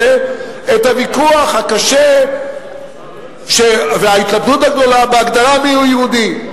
את הוויכוח הקשה וההתלבטות הגדולה בהגדרה מיהו יהודי.